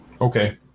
Okay